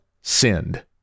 sinned